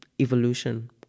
evolution